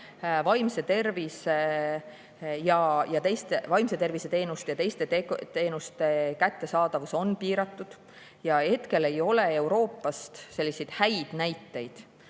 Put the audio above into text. Vaimse tervise teenuste ja teiste teenuste kättesaadavus on piiratud. Ja hetkel ei ole Euroopast selliseid häid näiteid,